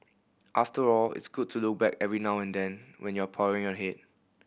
after all it's good to look back every now and then when you're powering ahead